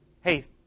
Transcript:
hey